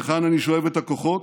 מהיכן אני שואב את הכוחות?